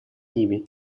ними